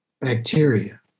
bacteria